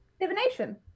Divination